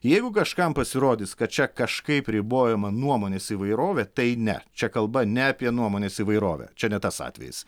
jeigu kažkam pasirodys kad čia kažkaip ribojama nuomonės įvairovė tai ne čia kalba ne apie nuomonės įvairovę čia ne tas atvejis